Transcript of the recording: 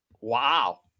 Wow